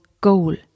goal